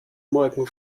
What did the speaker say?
morgen